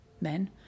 men